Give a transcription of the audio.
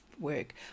work